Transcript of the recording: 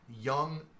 young